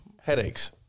Headaches